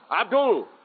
Abdul